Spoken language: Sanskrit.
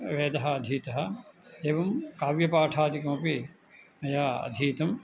वेदः अधीतः एवं काव्यपाठादिकमपि मया अधीतम्